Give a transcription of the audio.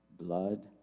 blood